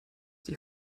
die